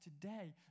today